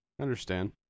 understand